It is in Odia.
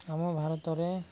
ଆମ ଭାରତରେ